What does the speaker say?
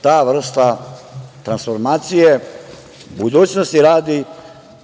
ta vrsta transformacije, budućnosti radi